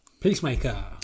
Peacemaker